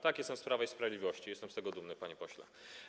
Tak, jestem z Prawa i Sprawiedliwości i jestem z tego dumny, panie pośle.